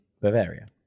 Bavaria